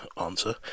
answer